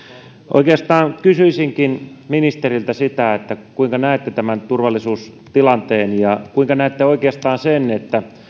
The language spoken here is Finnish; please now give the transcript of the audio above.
oikeastaan kysyisinkin ministeriltä sitä kuinka näette tämän turvallisuustilanteen ja kuinka näette oikeastaan sen että